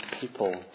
people